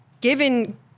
given